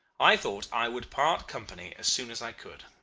i thought i would part company as soon as i could.